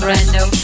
Brando